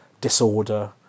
disorder